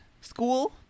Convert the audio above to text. school